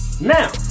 Now